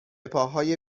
پاهای